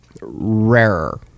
rarer